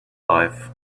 life